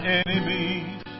enemies